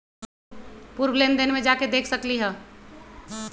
पूर्व लेन देन में जाके देखसकली ह?